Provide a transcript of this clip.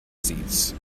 seats